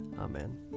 Amen